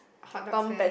hot dogs stand